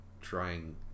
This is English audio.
trying